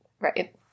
Right